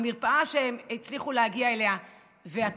המרפאה שהם הצליחו להגיע אליה והתור